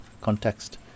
context